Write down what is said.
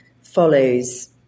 follows